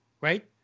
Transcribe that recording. right